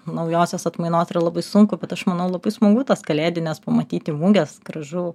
naujosios atmainos yra labai sunku bet aš manau labai smagu tas kalėdines pamatyti muges gražu